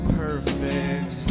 perfect